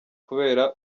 kubera